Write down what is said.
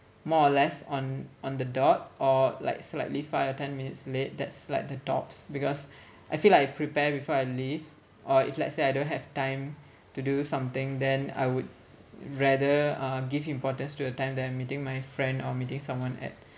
more or less on on the dot or like slightly five or ten minutes late that's like the tops because I feel like I prepare before I leave or if let's say I don't have time to do something then I would rather uh give importance to your time then meeting my friend or meeting someone at